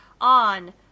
on